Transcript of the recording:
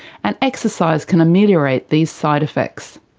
and exercise can ameliorate these side effects.